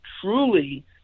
truly